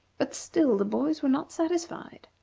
but still the boys were not satisfied.